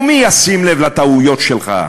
ומי ישים לב לטעויות שלך?